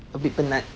a bit penat